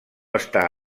està